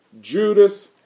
Judas